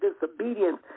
disobedience